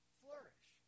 flourish